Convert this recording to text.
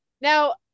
Now